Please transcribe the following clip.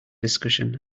discussion